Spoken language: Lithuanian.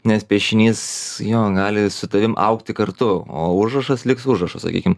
nes piešinys jo gali su tavim augti kartu o užrašas liks užrašas sakykim